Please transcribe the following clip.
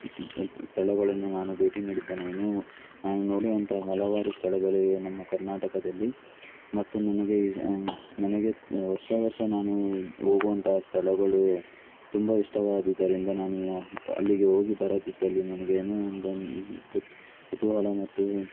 ಸ್ಥಳಗಳನ್ನು ನಾನು ಭೇಟಿ ನೀಡಿದ್ದೇನೆ ಇನ್ನು ನಾನು ನೋಡುವಂತಹ ಹಲವಾರು ಸ್ಥಳಗಳಿವೆ ನಮ್ಮ ಕರ್ನಾಟಕದಲ್ಲಿ ಮತ್ತು ನನಗೆ ನನಗೆ ವರ್ಷ ವರ್ಷ ನಾನು ಹೋಗುವಂಥ ಸ್ಥಳಗಳು ತುಂಬ ಇಷ್ಟವಾದುದರಿಂದ ನಾನು ಅಲ್ಲಿಗೆ ಹೋಗಿ ಬರದಿದ್ದಲ್ಲಿ ನನಗೆ ಏನೋ ಒಂದು ಕುತು ಕುತೂಹಲ ಮತ್ತು